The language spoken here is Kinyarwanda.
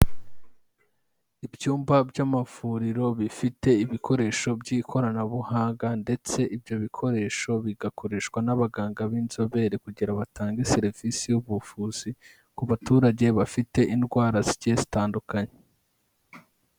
Ibyumba by'amavuriro bifite ibikoresho by'ikoranabuhanga ndetse ibyo bikoresho bigakoreshwa n'abaganga b'inzobere, kugira batange serivisi z'ubuvuzi ku baturage bafite indwara zigiye zitandukanye.